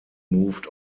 moved